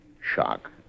Shock